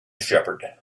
shepherd